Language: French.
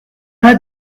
pas